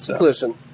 Listen